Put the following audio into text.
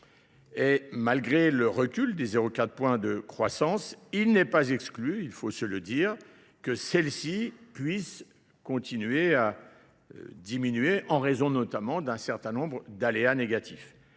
Et malgré le recul des 04 points de croissance, il n'est pas exclu, il faut se le dire, que celle-ci puisse continuer à diminuer en raison notamment d'un certain nombre d'aléas négatifs.